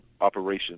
Operation